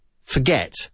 forget